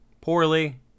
poorly